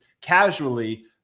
casually